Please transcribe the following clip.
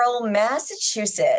Massachusetts